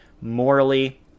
morally